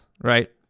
right